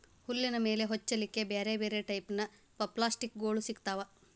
ಹುಲ್ಲಿನ ಮೇಲೆ ಹೊಚ್ಚಲಿಕ್ಕೆ ಬ್ಯಾರ್ ಬ್ಯಾರೆ ಟೈಪಿನ ಪಪ್ಲಾಸ್ಟಿಕ್ ಗೋಳು ಸಿಗ್ತಾವ